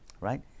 right